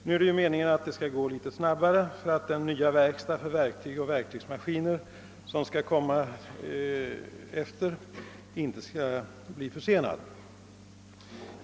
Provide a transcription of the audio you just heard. Nu är det ju meningen att avvecklingen skall gå litet snabbare för att den nya verkstad för verktyg och verktygsmaskiner, som skall inrättas, inte skall bli försenad.